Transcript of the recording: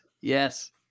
yes